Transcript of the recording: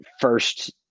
first